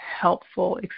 helpful